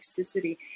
toxicity